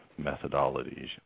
methodologies